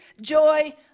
joy